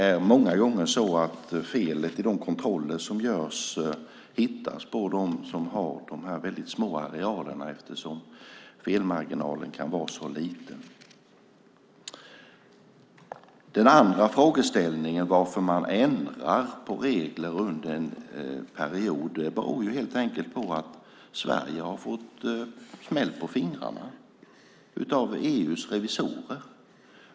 De fel som upptäcks i kontrollerna hittas många gånger hos dem med de små arealerna eftersom felmarginalen är så liten. Den andra frågan gäller varför man ändrar på regler under en pågående period. Det beror helt enkelt på att Sverige har fått smäll på fingrarna av EU:s revisorer.